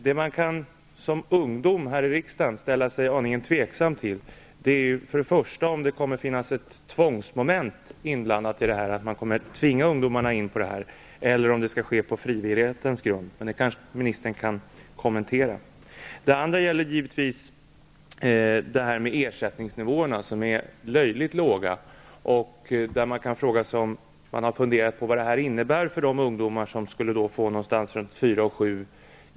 Det man som ungdom här i riksdagen kan fråga sig är först och främst om det kommer att finnas tvångsmoment. Tvingas ungdomar in på detta, eller skall det ske på frivillighetens grund? Det kanske arbetsmarknadsministern kan kommentera. En annan tveksamhet gäller givetvis ersättningsnivåerna som är löjligt låga. Har man funderat över vad det innebär för ungdomarna att försöka överleva ekonomiskt på de runt 4 700 kr.